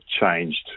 changed